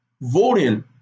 voting